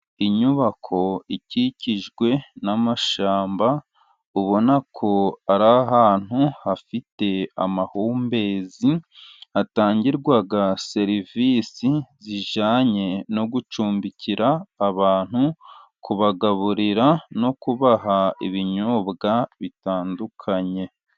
Inyubako ikikijwe n'amashyamba, ubona ko ari ahantu hafite amahumbezi, hatangirwa serivisi zijyanye no gucumbikira abantu, kubagaburira no kubaha ibinyobwa bitandukanye.